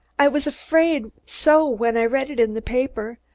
i was afraid so when i read it in the paper.